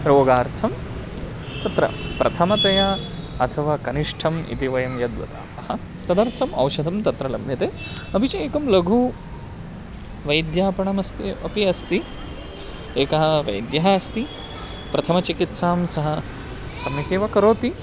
रोगार्थं तत्र प्रथमतया अथवा कनिष्ठम् इति वयं यद्वदामः तदर्थम् औषधं तत्र लभ्यते अपि च एकं लघु वैद्यापणमस्ति अपि अस्ति एकः वैद्यः अस्ति प्रथमचिकित्सां सः सम्यक् एव करोति